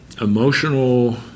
emotional